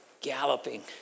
galloping